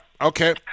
Okay